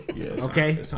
Okay